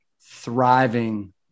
thriving